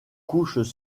couches